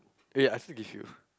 eh I forgive you